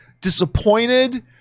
disappointed